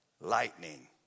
lightning